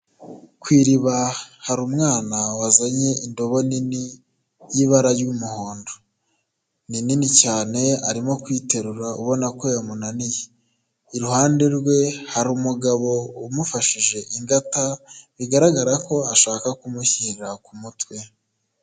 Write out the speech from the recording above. Ku iriba hari umwana wazanye indobo nini y'ibara ry'umuhondo, ni nini cyane arimo kuyiterura ubona ko yamunaniye, iruhande rwe hari umugabo umufashije ingata bigaragara ko ashaka kumushyirira ku mutwe.